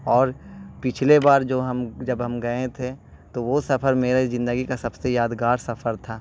اور پچھلے بار جو ہم جب ہم گئے تھے تو وہ سفر میرے زندگی کا سب سے یادگار سفر تھا